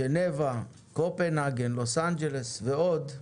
ז'נבה, קופנהגן, לוס אנג'לס ועוד,